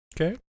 Okay